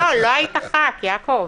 לא היית ח"כ, יעקב.